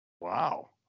Wow